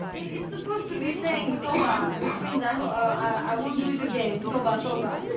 it's supposed to be saying toba which means i ah i won't do it again, toba, toba